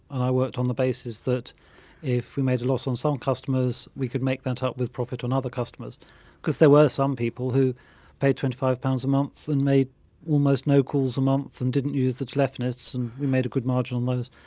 and i worked on the basis that if we made a loss on some customers, we could make that up with profit on other customers because there were some people who paid twenty five pounds a month and made almost no calls a month and didn't use the telephonist and we made a good margin on those.